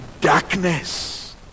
darkness